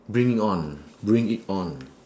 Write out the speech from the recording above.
bring it on bring it on